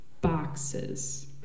Boxes